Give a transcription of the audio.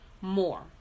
more